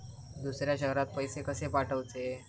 दुसऱ्या शहरात पैसे कसे पाठवूचे?